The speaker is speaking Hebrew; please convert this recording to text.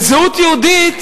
וזהות יהודית